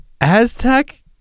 Aztec